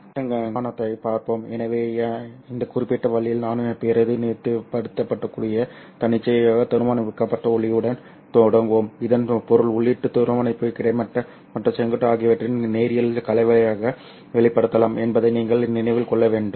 அதன் கட்டுமானத்தைப் பார்ப்போம் எனவே இந்த குறிப்பிட்ட வழியில் நான் பிரதிநிதித்துவப்படுத்தக்கூடிய தன்னிச்சையான துருவமுனைக்கப்பட்ட ஒளியுடன் தொடங்குவோம் இதன் பொருள் உள்ளீட்டு துருவமுனைப்பு கிடைமட்ட மற்றும் செங்குத்து ஆகியவற்றின் நேரியல் கலவையாக வெளிப்படுத்தப்படலாம் என்பதை நீங்கள் நினைவில் கொள்ள வேண்டும்